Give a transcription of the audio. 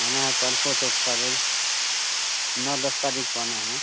आना है परसों चसता रोज़ नौ दस तारीख़ को आना है